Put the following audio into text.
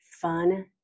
fun